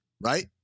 right